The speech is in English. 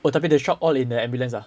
tapi they shock all in the ambulance ah